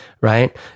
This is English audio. right